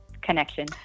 connection